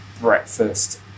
breakfast